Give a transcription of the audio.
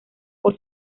por